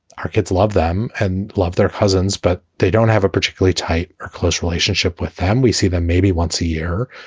our kids love them and love their cousins, but they don't have a particularly tight or close relationship with them. we see them maybe once a year,